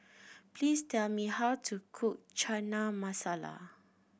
please tell me how to cook Chana Masala